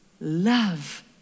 love